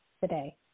today